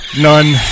None